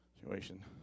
situation